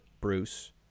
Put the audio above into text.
Bruce